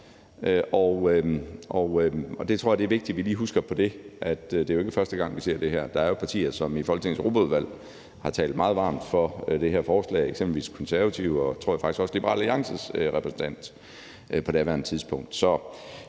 det er vigtigt, at vi lige husker på, at det ikke er første gang, vi ser det her. Der er jo partier, som i Folketingets Europaudvalg har talt meget varmt for det her forslag, eksempelvis De Konservative og faktisk også, tror jeg, Liberal Alliances repræsentant på daværende tidspunkt.